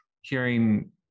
hearing